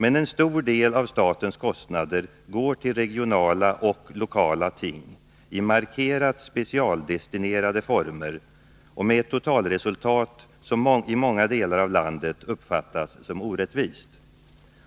Men en stor del av statens kostnader går till regionala och lokala ting, i markerat specialdestinerade former och med ett totalresultat, som i många delar av landet uppfattas som orättvist.